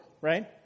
right